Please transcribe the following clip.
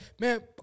Man